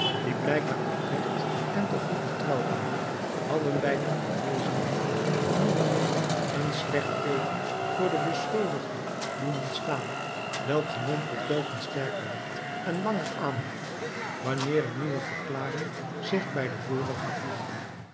die blijkbaar oprecht en te goeder trouw waren hadden bij de aanwezenden een gemompel een slecht teeken voor den beschuldigde doen ontstaan welk gemompel telkens sterker werd en langer aanhield wanneer een nieuwe verklaring zich bij de vorige voegde